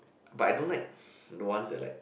but I don't like the one that's like